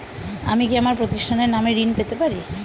আমি কি আমার প্রতিষ্ঠানের নামে ঋণ পেতে পারি?